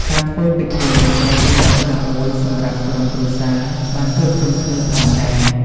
ការធ្វើពិធីនេះក៏ជាឱកាសមួយសម្រាប់ក្រុមគ្រួសារបានជួបជុំគ្នាផងដែរ។